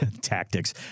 tactics